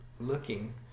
looking